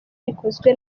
rikozwe